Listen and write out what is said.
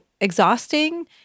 exhausting